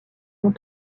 ont